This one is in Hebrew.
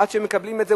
עד שמקבלים את זה,